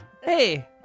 Hey